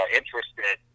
interested